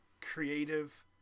creative